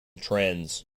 trends